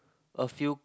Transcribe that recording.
a few